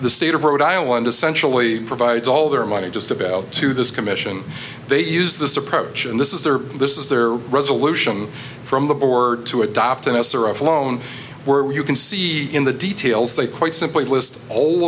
the state of rhode island essentially provides all their money just about to this commission they use this approach and this is their this is their resolution from the board to adopt an answer of loan where you can see in the details they quite simply list all